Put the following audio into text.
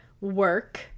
work